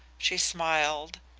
she smiled.